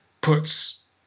puts